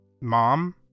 Mom